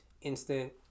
instant